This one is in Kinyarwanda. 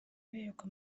berekwa